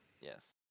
Yes